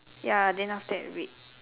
ya then after that red